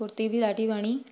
कुर्ती बि ॾाढी वणी